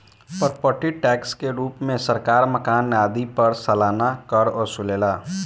property tax के रूप में सरकार मकान आदि पर सालाना कर वसुलेला